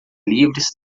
livres